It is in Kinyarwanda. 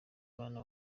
abana